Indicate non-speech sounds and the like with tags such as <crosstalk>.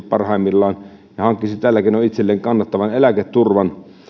<unintelligible> parhaimmillaan hankkisi tällä keinoin itselleen kattavan eläketurvan